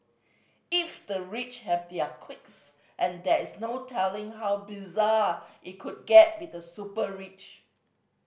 if the rich have their quirks and there is no telling how bizarre it could get with the super rich